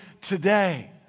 today